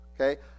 Okay